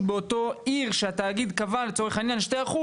באותה עיר שהתאגיד קבע לצורך העניין 2%,